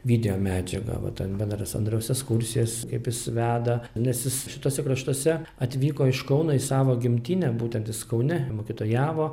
videomedžiagą va ten bendras andriaus ekskursijas kaip jis veda nes jis šituose kraštuose atvyko iš kauno į savo gimtinę būtent jis kaune mokytojavo